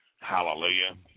Hallelujah